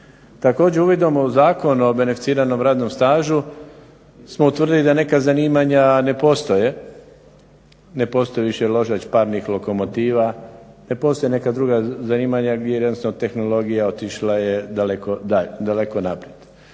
Također uvidom u Zakon o beneficiranom radnom stažu smo utvrdili da neka zanimanja ne postoje. Ne postoji više ložač parnih lokomotiva, ne postoje neka druga zanimanja gdje jednostavno tehnologija otišla je daleko naprijed.